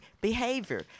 behavior